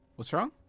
what's wrong?